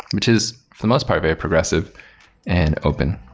which is for the most part very progressive and open,